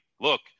Look